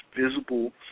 Visible